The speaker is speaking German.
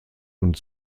und